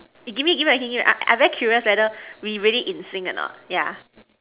give me give me a I really curious whether we really in sync or not yeah